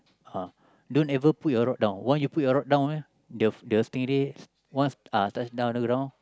uh don't ever put your rod down one you put your rod down eh they'll the stingrays once uh touch the ground